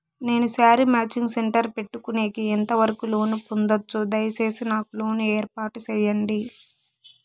నేను sari matching centre పెట్టుకునేకి ఎంత వరకు లోను పొందొచ్చు? దయసేసి నాకు లోను ఏర్పాటు సేయండి?